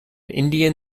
indian